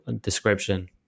description